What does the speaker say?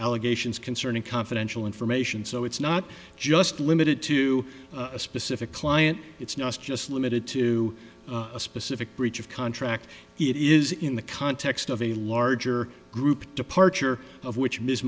allegations concerning confidential information so it's not just limited to a specific client it's not just limited to a specific breach of contract it is in the context of a larger group departure of wh